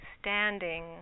standing